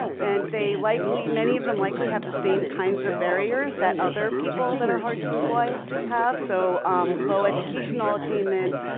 and they likely, many of them likely have the same kinds of barriers that other people that are hard to employ have, so low educational obtainment,